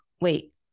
wait